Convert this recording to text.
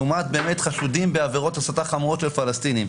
לעומת חשודים בעבירות הסתה חמורות של פלסטינים.